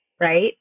Right